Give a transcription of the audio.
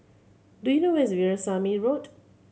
do you know where is Veerasamy Road